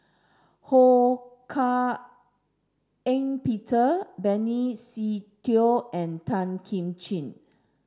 Ho Hak Ean Peter Benny Se Teo and Tan Kim Ching